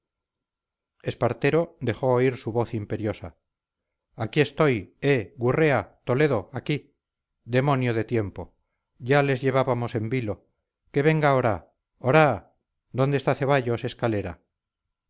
tempestad espartero dejó oír su voz imperiosa aquí estoy eh gurrea toledo aquí demonio de tiempo ya les llevábamos en vilo que venga oraa oraa dónde está ceballos escalera